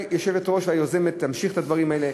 היושבת-ראש היוזמת ודאי תמשיך את הדברים האלה.